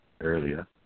earlier